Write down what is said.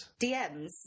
DMs